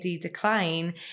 decline